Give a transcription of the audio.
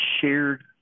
shared